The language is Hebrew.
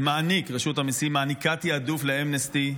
רשות המיסים מעניקה תיעדוף לאמנסטי,